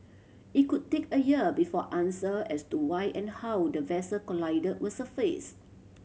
it could take a year before answer as to why and how the vessel collided will surface